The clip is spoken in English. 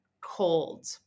cold